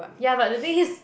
ya but the thing is